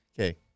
okay